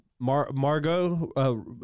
Margot